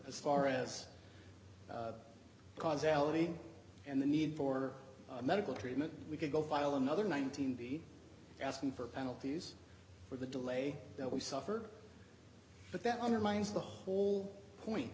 as far as causalities and the need for medical treatment we could go file another nineteen be asking for penalties for the delay that we suffered but that undermines the whole point